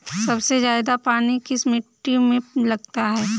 सबसे ज्यादा पानी किस मिट्टी में लगता है?